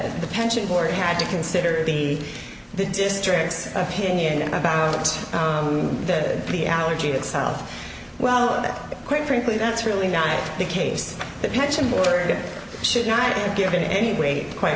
the pension board had to consider the the district's opinion about the the allergy itself well that quite frankly that's really not the case the pension board should not be given any weight quite